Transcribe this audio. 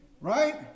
Right